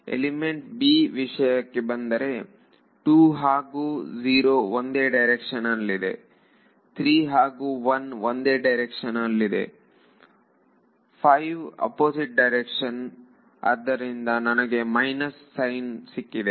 element b ವಿಷಯಕ್ಕೆ ಬಂದರೆ 2 ಹಾಗೂ 0 ಒಂದೇ ಡೈರೆಕ್ಷನ್ನಲ್ಲಿದೆ3 ಹಾಗೂ1 ಒಂದೇ ಡೈರೆಕ್ಷನ್ನಲ್ಲಿದೆ 5 ಅಪೋಸಿಟ್ ಡೈರೆಕ್ಷನ್ ಆದ್ದರಿಂದ ನನಗೆ ಮೈನಸ್ ಸೈನ್ ಸಿಕ್ಕಿದೆ